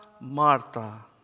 Martha